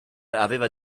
aveva